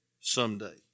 someday